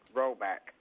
rollback